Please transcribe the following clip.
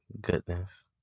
goodness